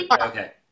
okay